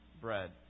bread